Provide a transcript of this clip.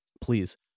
Please